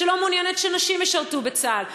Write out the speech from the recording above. שלא מעוניינת שנשים ישרתו בצה"ל,